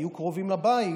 יהיו קרובים לבית.